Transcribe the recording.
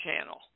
channel